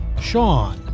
Sean